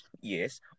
yes